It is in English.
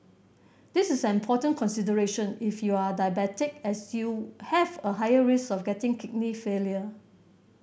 this is an important consideration if you are diabetic as you have a higher risk of getting kidney failure